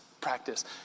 practice